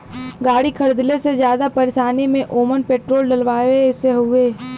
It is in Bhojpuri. गाड़ी खरीदले से जादा परेशानी में ओमन पेट्रोल डलवावे से हउवे